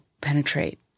penetrate